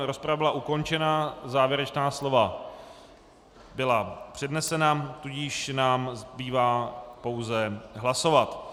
Rozprava byla ukončena, závěrečná slova byla přednesena, tudíž nám zbývá pouze hlasovat.